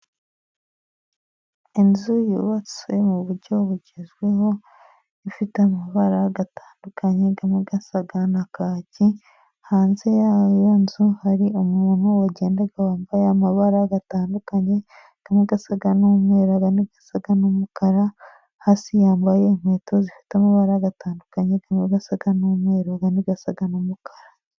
Inzu yubatswe mu buryo bugezweho, ifite amabara atandukanye asa na kaki,, hanze yiyo nzu hari umuntu ugenda wambaye amabara atandukanye, amwe asa n'umweru, andi asa n'umukara, hasi yambaye inkweto zifite amabara atandukanye, kandi asa n'umweru andi asa n'umukara.